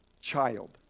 child